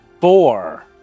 four